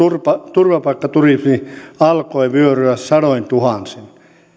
turvapaikkaturismi alkoi vyöryä sadointuhansin